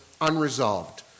unresolved